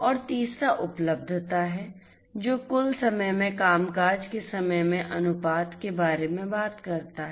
और तीसरा उपलब्धता है जो कुल समय में कामकाज के समय के अनुपात के बारे में बात करता है